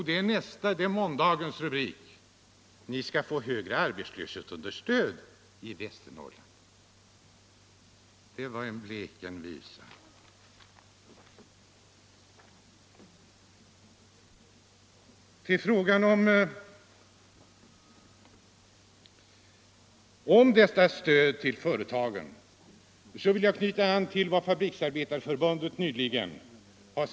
Det får vi veta i måndagens nummer av samma tidning: Ni skall få högre arbetslöshetsunderstöd i Västernorrland, säger han. ”Det var en blek en visa!” I fråga om de många olika ekonomiska stödåtgärderna till företagen vill jag knyta an till vad Fabriksarbetareförbundet nyligen sagt.